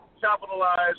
capitalize